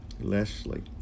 Leslie